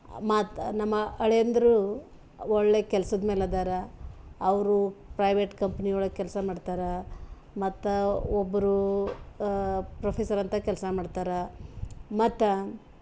ಮತ್ ನಮ್ಮ ಅಳಿಯಂದಿರು ಒಳ್ಳೆ ಕೆಲ್ಸದ ಮೇಲೆ ಅದರಾ ಅವರು ಪ್ರೈವೇಟ್ ಕಂಪ್ನಿಯೊಳಗೆ ಕೆಲಸ ಮಾಡ್ತಾರಾ ಮತ್ತು ಒಬ್ಬರು ಪ್ರೊಫೆಸರ್ ಅಂಥ ಕೆಲಸ ಮಾಡ್ತಾರಾ ಮತ್ತು